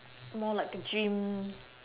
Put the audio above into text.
more like a gym